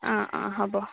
হ'ব